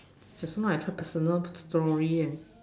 just now I try personal story and